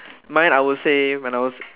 mine I'll say when I was